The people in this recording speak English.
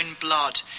blood